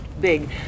big